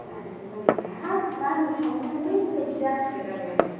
दाना बेखौबो ओनदैफ्रा हाब मामि सावमिना बोरै बेबादि जाखो जाबाय आरो